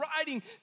writing